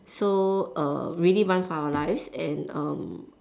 so err really run for our lives and um